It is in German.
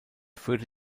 führte